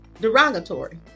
derogatory